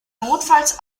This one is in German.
notfalls